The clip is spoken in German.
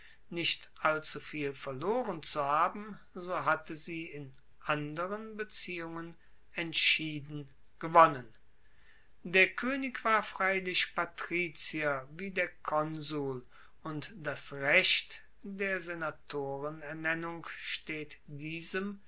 nicht allzuviel verloren zu haben so hatte sie in anderen beziehungen entschieden gewonnen der koenig war freilich patrizier wie der konsul und das recht der senatorenernennung steht diesem